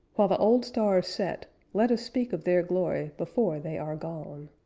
while the old stars set, let us speak of their glory before they are gone.